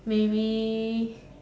maybe